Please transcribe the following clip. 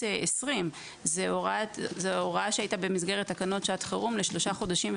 20'. זה הוראה שהייתה במסגרת הוראת חירום לשלושה חודשים.